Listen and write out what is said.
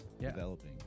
developing